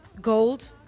gold